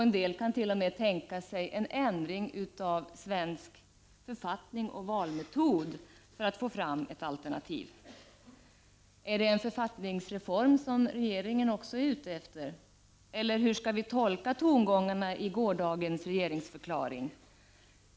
En del kan t.o.m. tänka sig en ändring av svensk författning och valmetod för att få fram ett alternativ. Är det en författningsreform som regeringen också är ute efter, eller hur skall vi tolka tongångarna i gårdagens regeringsförklaring?